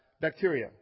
bacteria